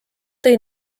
tõi